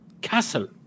castle